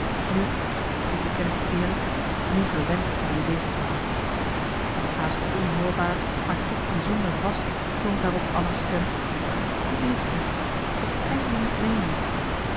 nu ik beken t je eerlijk nu verwensch ik mijn zegepraal haast onhoorbaar maar toch bijzonder vast klonk daarop anna's stem je meent t niet dat kan je niet meenen